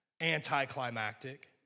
anticlimactic